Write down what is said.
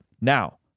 Now